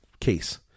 case